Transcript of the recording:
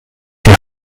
die